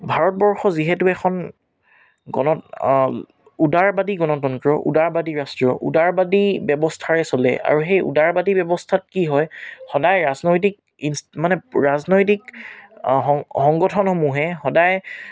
ভাৰতবৰ্ষ যিহেতু এখন গণ উদাৰবাদী গণতন্ত্ৰ উদাৰবাদী ৰাষ্ট্ৰীয় উদাৰবাদী ব্যৱস্থাৰে চলে আৰু সেই উদাৰবাদী ব্যৱস্থাত কি হয় সদায় ৰাজনৈতিক ইছ্ মানে ৰাজনৈতিক সংগঠনসমূহে সদায়